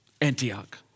Antioch